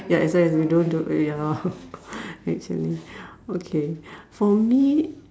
ya as in if you don't do ya it's in okay for me